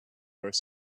where